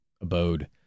abode